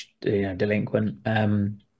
delinquent